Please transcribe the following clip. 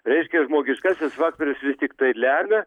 reiškia žmogiškasis faktorius vis tiktai lemia